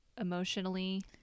emotionally